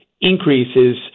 increases